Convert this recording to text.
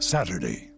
Saturday